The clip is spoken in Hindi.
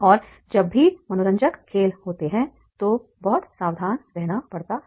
और जब भी मनोरंजक खेल होते हैं तो बहुत सावधान रहना पड़ता है